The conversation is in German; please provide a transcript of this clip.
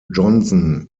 johnson